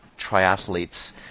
triathletes